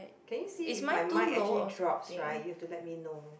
can you see if my mic actually drops right you have to let me know